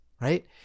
right